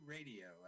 Radio